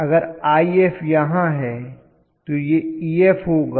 अगर If यहां है तो यह Ef होगा